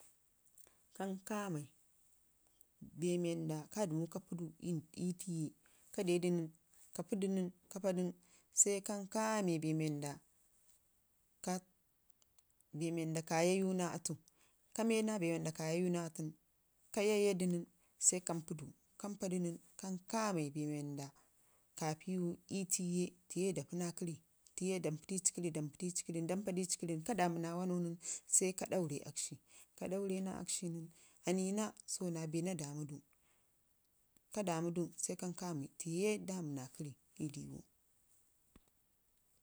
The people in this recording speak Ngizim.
kan kaamai bee wanda ka kai yayu naa atu, ka yayadu nen, kan kamai bee wanda ka piiwa ii kunu tiye dampi dii cii kərri, ka damu wannau nən sai ka daure akshi ka dauni naa akshi nən annina naa damu na wannau nən tiye dami na kərri ii riwu.